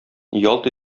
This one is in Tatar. ялт